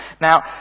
Now